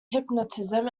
hypnotism